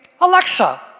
Alexa